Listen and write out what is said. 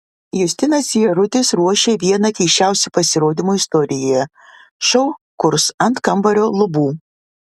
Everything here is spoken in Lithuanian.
justinas jarutis ruošia vieną keisčiausių pasirodymų istorijoje šou kurs ant kambario lubų